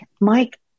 Mike